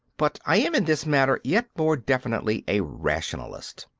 but i am in this matter yet more definitely a rationalist.